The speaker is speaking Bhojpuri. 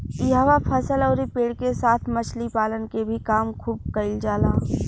इहवा फसल अउरी पेड़ के साथ मछली पालन के भी काम खुब कईल जाला